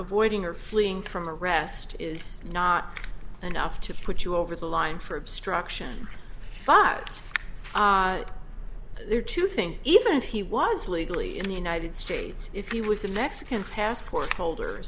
avoiding or fleeing from arrest is not enough to put you over the line for obstruction but there are two things even if he was legally in the united states if he was a mexican passport holder